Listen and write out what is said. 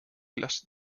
lastet